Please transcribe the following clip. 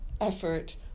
effort